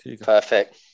Perfect